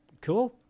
cool